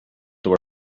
there